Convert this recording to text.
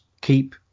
Keep